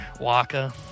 Waka